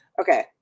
okay